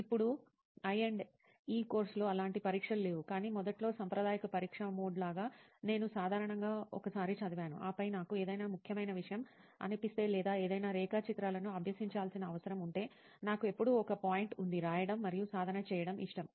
ఇప్పుడు I and E కోర్సుIE courseలో అలాంటి పరీక్షలు లేవు కాని మొదట్లో సాంప్రదాయిక పరీక్షా మోడ్ లాగా నేను సాధారణంగా ఒకసారి చదివాను ఆపై నాకు ఏదైనా ముఖ్యమైన విషయం అనిపిస్తే లేదా ఏదైనా రేఖాచిత్రాలను అభ్యసించాల్సిన అవసరం ఉంటే నాకు ఎప్పుడూ ఒక ఒక పాయింట్ ఉంది రాయడం మరియు సాధన చేయడం ఇష్టం